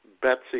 Betsy